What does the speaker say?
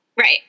Right